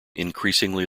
increasingly